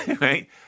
right